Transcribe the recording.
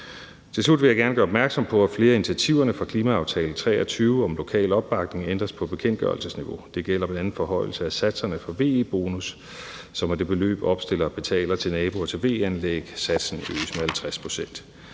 Til slut vil jeg gerne gøre opmærksom på, at flere af initiativerne fra klimaaftale 2023 om lokal opbakning ændres på bekendtgørelsesniveau. Det gælder bl.a. forhøjelse af satserne for VE-bonus, som er det beløb, opstiller betaler til naboer og til VE-anlæg. Satsen øges med 50 pct.